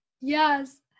Yes